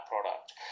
product